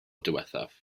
diwethaf